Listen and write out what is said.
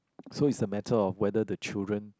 so it's a matter of whether the children